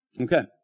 Okay